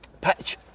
pitch